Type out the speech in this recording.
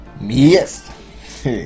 yes